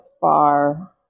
bar